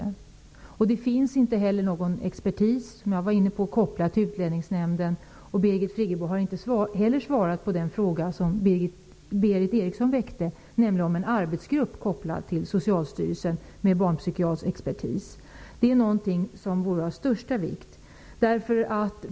Som jag var inne på tidigare finns inte heller någon expertis kopplad till Utlänningsnämnden. Birgit Friggebo har inte heller svarat på den fråga som Berith Eriksson väckte, nämligen frågan om en arbetsgrupp med barnpsykiatrisk expertis kopplad till Socialstyrelsen. Det är någonting som vore av största vikt.